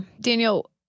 Daniel